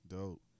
Dope